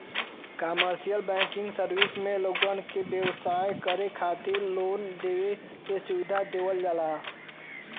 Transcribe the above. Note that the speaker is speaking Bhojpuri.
कमर्सियल बैकिंग सर्विस में लोगन के व्यवसाय करे खातिर लोन देवे के सुविधा देवल जाला